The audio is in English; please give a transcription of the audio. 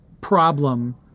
problem